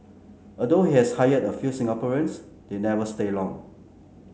although he has hired a few Singaporeans they never stay long